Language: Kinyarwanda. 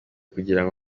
kugirango